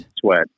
sweat